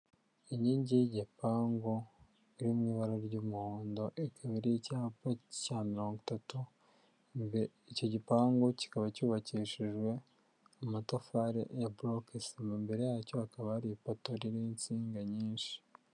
Inkingi y'igipangu iri mu ibara ry'umuhondo, ikaba ariho icyapa cya mirongo itatu icyo gipangu kikaba cyubakishijwe amatafari ya burokesima, imbere yacyo hakaba hari ipoto ririho insinga nyinshi.